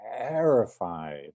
terrified